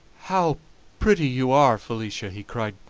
how pretty you are, felicia! he cried.